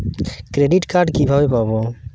Credit card কিভাবে পাব?